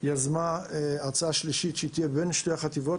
יזמה הרצאה שלישית שהיא תהיה בין שתי החטיבות,